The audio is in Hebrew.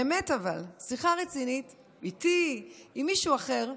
באמת, אבל, שיחה רצינית איתי, עם מישהו אחר.